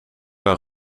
dan